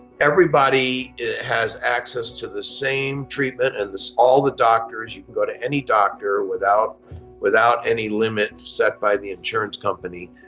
everybody has access to the same treatment and all the doctors. you can go to any doctor without without any limits set by the insurance company.